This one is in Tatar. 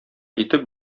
итеп